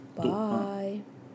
bye